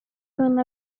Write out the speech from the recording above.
una